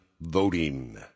voting